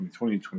2020